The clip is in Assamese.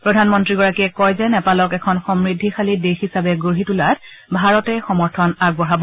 প্ৰধানমন্নীগৰাকীয়ে কয় যে নেপালক এখন সমূদ্ধিশালী দেশ হিচাপে গঢ়ি তোলাত ভাৰতে সমৰ্থন আগবঢ়াব